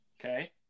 Okay